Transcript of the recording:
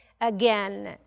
again